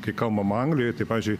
kai kalbam anglijoj tai pavyzdžiui